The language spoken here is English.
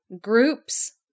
groups